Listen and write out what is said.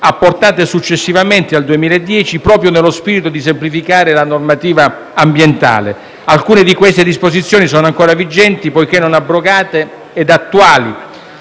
apportate successivamente al 2010 proprio nello spirito di semplificare la normativa ambientale. Alcune di queste disposizioni sono ancora vigenti, poiché non abrogate, e attuali.